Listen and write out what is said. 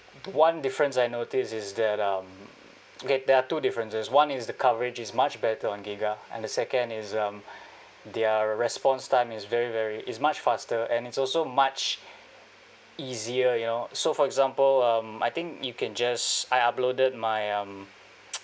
one difference I notice is that um okay there are two differences one is the coverage is much better on Giga and the second is um their response time is very very is much faster and it's also much easier you know so for example um I think you can just I uploaded my um